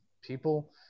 people